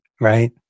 right